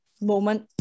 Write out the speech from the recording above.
moment